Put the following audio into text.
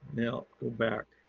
now go back.